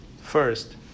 first